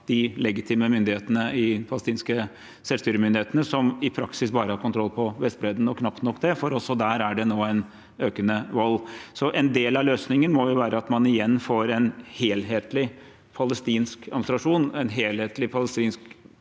de legitime myndighetene i den palestinske selvstyremyndigheten, som i praksis bare har kontroll på Vestbredden – og knapt nok det, for også der er det nå en økende vold. En del av løsningen må være at man igjen får en helhetlig palestinsk administrasjon, en mest mulig helhetlig palestinsk